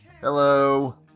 hello